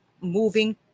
moving